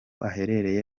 aherereye